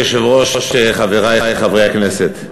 אדוני היושב-ראש, חברי חברי הכנסת,